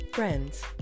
Friends